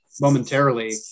momentarily